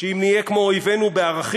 שאם נהיה כמו אויבינו בערכים,